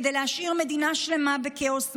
כדי להשאיר מדינה שלמה בכאוס מלא,